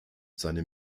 seine